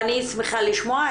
אני שמחה לשמוע.